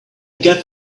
get